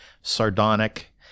sardonic